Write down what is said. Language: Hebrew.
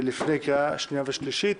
לפני קריאה השנייה והשלישית.